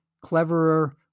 cleverer